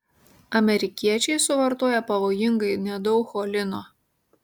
amerikiečiai suvartoja pavojingai nedaug cholino